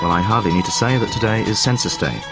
i hardly need to say that today is census day.